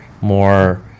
more